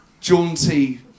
jaunty